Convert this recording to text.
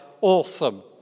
awesome